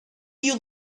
you